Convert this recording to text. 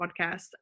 podcast